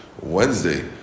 Wednesday